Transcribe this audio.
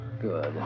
Good